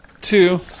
two